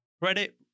credit